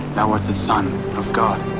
thou art the son of god.